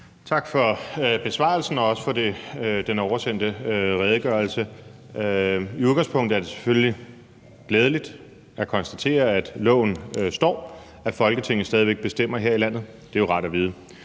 Tak for besvarelsen og også for den oversendte redegørelse. I udgangspunktet er det selvfølgelig glædeligt at konstatere, at loven står, og at Folketinget stadig væk bestemmer her i landet – det er jo rart at vide.